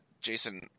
Jason